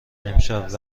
امشب